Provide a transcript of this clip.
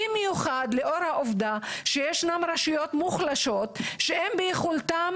במיוחד לאור העובדה שיש רשויות מוחלשות שאין ביכולתן